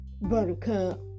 buttercup